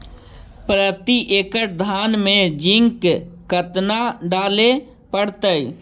प्रती एकड़ धान मे जिंक कतना डाले पड़ताई?